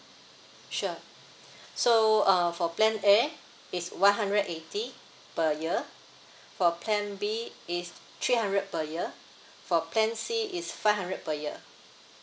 sure so uh for plan A is one hundred eighty per year for plan B is three hundred per year for plan C is five hundred per year